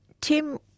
Tim